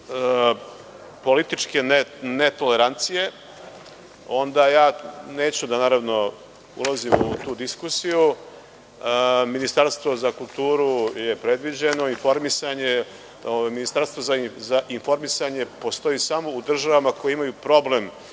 političke netolerancije, onda neću da ulazim u tu diskusiju. Ministarstvo za kulturu je predviđeno. Ministarstvo za informisanje postoji samo u državama koje imaju problem